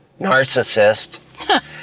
narcissist